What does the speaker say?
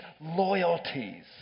loyalties